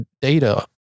data